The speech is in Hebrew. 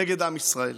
נגד עם ישראל.